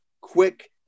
quick